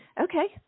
Okay